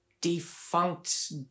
defunct